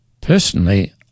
Personally